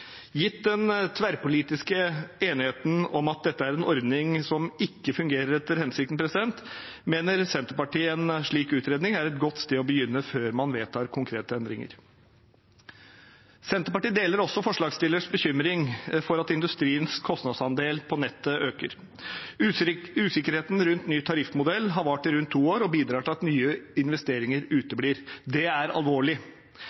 Gitt den tverrpolitiske enigheten om at dette er en ordning som ikke fungerer etter hensikten, mener Senterpartiet en slik utredning er et godt sted å begynne før man vedtar konkrete endringer. Senterpartiet deler forslagsstillernes bekymring for at industriens kostnadsandel på nettet øker. Usikkerheten rundt ny tariffmodell har vart i rundt to år og bidrar til at nye investeringer